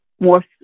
more